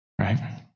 Right